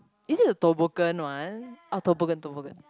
is it the toboggan one oh toboggan toboggan